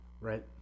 right